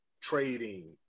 trading